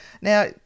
Now